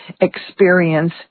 experience